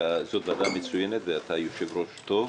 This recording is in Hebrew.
וזאת ועדה מצוינת ואתה יושב-ראש טוב,